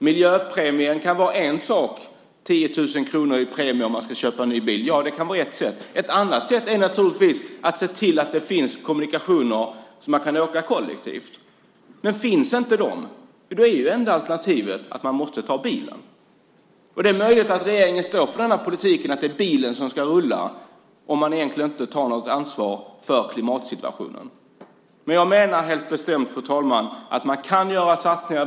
Miljöpremien på 10 000 kronor kan vara ett sätt om man ska köpa ny bil. Ett annat sätt är att se till att det finns kommunikationer så att man kan åka kollektivt. Om sådana inte finns är det enda alternativet att ta bilen. Det är möjligt att regeringen står för politiken att det är bilen som ska rulla och egentligen inte tar något ansvar för klimatsituationen. Men jag menar helt bestämt, fru talman, att man kan göra satsningar.